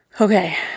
Okay